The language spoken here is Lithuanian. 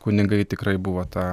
kunigai tikrai buvo ta